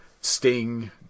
Sting